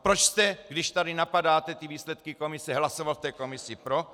Proč jste, když tady napadáte výsledky komise, hlasoval v té komisi pro?